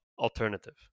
alternative